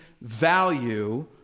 value